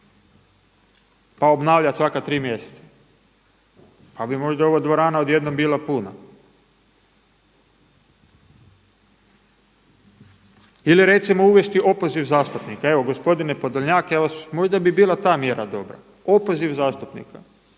pa obnavljati svaka tri mjeseca pa bi možda ova dvorana odjednom bila puna. Ili recimo uvesti opoziv zastupnika. Evo gospodine Podolnjak, možda bi bila ta mjera dobra, opoziv zastupnika.